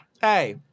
Hey